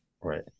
Right